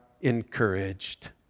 encouraged